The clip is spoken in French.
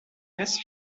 reste